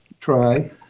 try